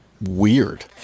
weird